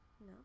No